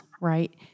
right